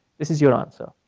this is your answer.